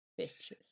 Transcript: bitches